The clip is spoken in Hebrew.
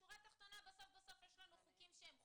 בשורה התחתונה בסוף יש לנו חוקים שהם חובה.